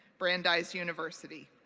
brandeis university.